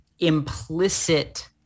implicit